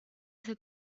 ese